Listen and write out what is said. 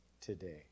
today